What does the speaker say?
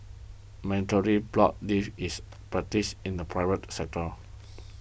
mandatory block leave is practised in the private sector